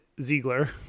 Ziegler